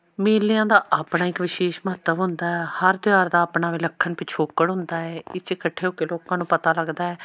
ਮੇਲਿਆਂ ਦਾ ਆਪਣਾ ਇੱਕ ਵਿਸ਼ੇਸ਼ ਮਹੱਤਵ ਹੁੰਦਾ ਹਰ ਤਿਉਹਾਰ ਦਾ ਆਪਣਾ ਵਿਲੱਖਣ ਪਿਛੋਕੜ ਹੁੰਦਾ ਹੈ ਇਸ 'ਚ ਇਕੱਠੇ ਹੋ ਕੇ ਲੋਕਾਂ ਨੂੰ ਪਤਾ ਲੱਗਦਾ